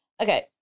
Okay